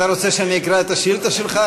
אתה רוצה שאני אקרא את השאילתה שלך,